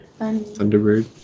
Thunderbird